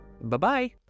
Bye-bye